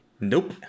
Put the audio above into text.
Nope